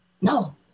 no